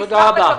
אני רוצה לדבר